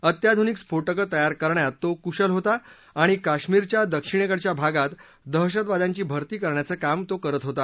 अत्याधुनिक स्फोटकं तयार करण्यात तो कुशल होता आणि काश्मीरच्या दक्षिणेकडच्या भागात दहशतवाद्यांची भरती करण्याचं काम तो करत होता